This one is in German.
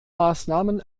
maßnahmen